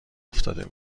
افتاده